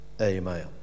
Amen